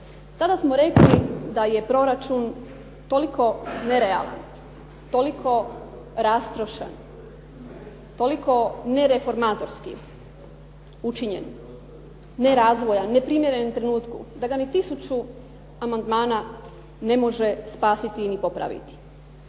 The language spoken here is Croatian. Tada smo rekli da je proračun toliko nerealan, toliko rastrošan, toliko nereformatorski učinjen, nerazvojan, neprimjeren trenutku da ga ni tisuću amandmana ne može spasiti ni popraviti.